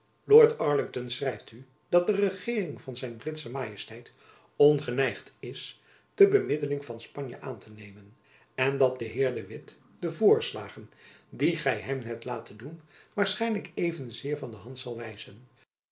lord arlington schrijft u dat de regeering van zijn britsche majesteit ongeneigd is de bemiddeling van spanje aan te nemen en dat de heer de witt de voorslagen die gy hem hebt laten doen waarschijnlijk evenzeer van de hand zal wijzen